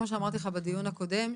כמו שאמרתי לך בדיון הקודם,